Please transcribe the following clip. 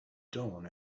dawn